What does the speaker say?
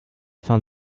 fin